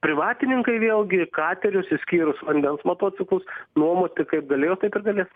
privatininkai vėlgi katerius išskyrus vandens motociklus nuomoti kaip galėjo taip ir galės